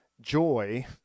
joy